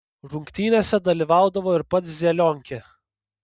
rungtynėse dalyvaudavo ir pats zelionkė